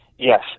Yes